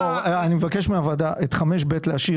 אני מבקש מהוועדה להשאיר את 5(ב).